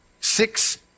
six